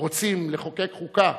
רוצים לחוקק חוקה,